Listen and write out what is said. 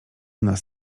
nas